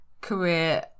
career